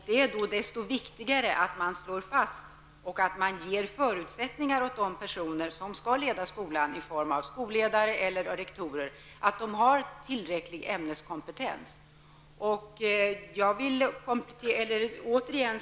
Det är då desto viktigare att man slår fast att de personer som skall leda skolan, såsom skolledare eller rektorer, skall ha tillräcklig ämneskompetens och även de nödvändiga förutsättningarna för sin uppgift.